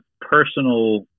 personal